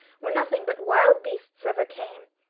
where nothing but wild beasts ever came,